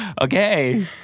Okay